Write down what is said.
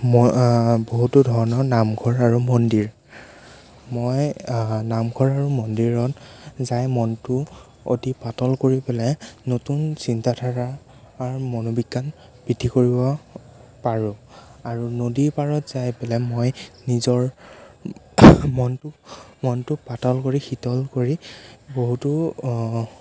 মই বহুতো ধৰণৰ নামঘৰ আৰু মন্দিৰ মই নামঘৰ আৰু মন্দিৰত যায় মনটো অতি পাতল কৰি পেলাই নতুন চিন্তাধাৰা আৰু মনোবিজ্ঞান বৃদ্ধি কৰিব পাৰোঁ আৰু নদীৰ পাৰত যায় পেলাই মই নিজৰ মনটো মনটোক পাতল কৰি শীতল কৰি বহুতো